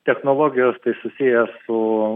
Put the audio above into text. technologijos tai susiję su